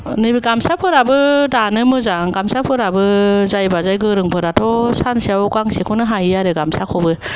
नैबे गामसाफोराबो दानो मोजां गामसाफोराबो जायबाजाय गोरोंफोराथ' सानसेयाव गांसेखौनो हायो आरो गामसाखौबो